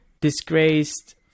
disgraced